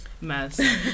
Mess